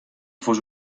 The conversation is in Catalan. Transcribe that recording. fos